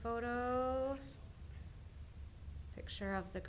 photo picture of the